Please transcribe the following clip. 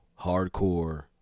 hardcore